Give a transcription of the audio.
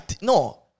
No